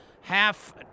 half